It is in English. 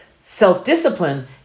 Self-discipline